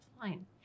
fine